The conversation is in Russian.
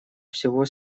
всего